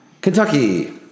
Kentucky